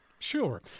Sure